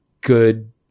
good